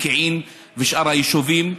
פקיעין ושאר היישובים.